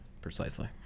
Precisely